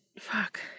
fuck